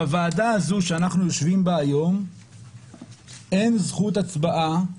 בוועדה הזו שאנחנו יושבים בה היום אין זכות הצבעה,